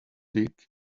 dick